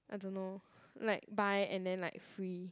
I don't know like buy and then like free